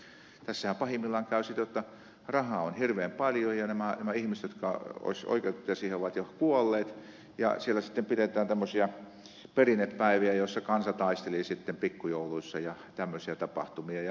tässähän pahimmillaan käy siten jotta rahaa on hirveän paljon ja nämä ihmiset jotka olisivat oikeutettuja siihen ovat jo kuolleet ja sitten pidetään tämmöisiä perinnepäiviä joissa kansa taisteli pikkujouluissa ja tämmöisiä tapahtumia